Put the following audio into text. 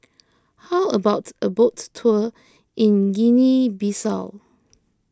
how about a boat tour in Guinea Bissau